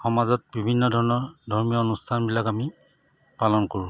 সমাজত বিভিন্ন ধৰণৰ ধৰ্মীয় অনুষ্ঠানবিলাক আমি পালন কৰোঁ